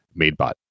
MadeBot